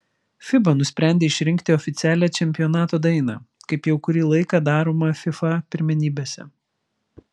fiba nusprendė išrinkti oficialią čempionato dainą kaip jau kurį laiką daroma fifa pirmenybėse